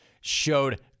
showed